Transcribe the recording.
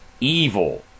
evil